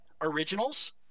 originals